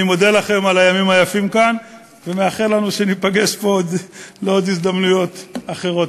אני מודה לכם על הימים היפים כאן ומאחל לנו שניפגש פה בהזדמנויות אחרות.